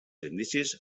indicis